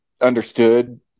understood